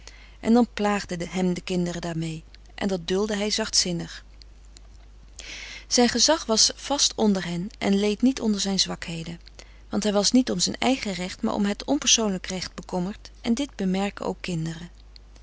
en dan plaagden hem de kinderen daarmee en dat duldde hij zachtzinnig zijn gezag was vast onder hen en leed niet onder zijn zwakheden want hij was niet om zijn eigen recht maar om het onpersoonlijk recht bekommerd en dit bemerken ook kinderen